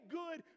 good